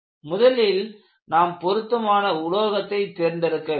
முதலில் நாம் பொருத்தமான உலோகத்தை தேர்ந்தெடுக்க வேண்டும்